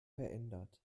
verändert